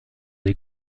des